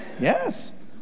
yes